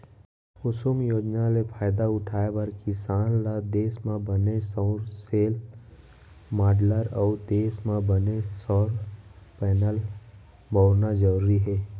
कुसुम योजना ले फायदा उठाए बर किसान ल देस म बने सउर सेल, माँडलर अउ देस म बने सउर पैनल बउरना जरूरी हे